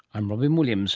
i'm robyn williams